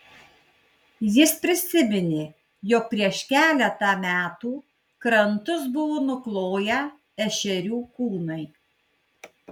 jis prisiminė jog prieš keletą metų krantus buvo nukloję ešerių kūnai